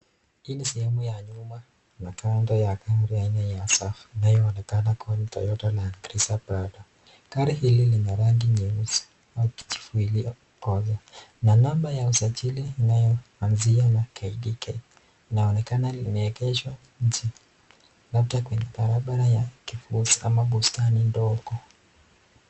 Hii ni sehemu ya nyuma na kando ya gari aina ya SUV inayoonekana kuwa Toyota Landcruiser Prado. Gari hili lina rangi nyeusi au kijivu iliyokolea, na namba ya usajili inayo anzia na KDK. Inaonekana limeegeshwa nje, labda kwenye barabara ya ki [] ama bustani ndogo.